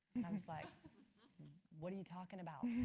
i was like what are you talking about?